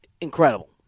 Incredible